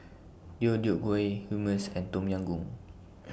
Deodeok Gui Hummus and Tom Yam Goong